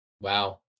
Wow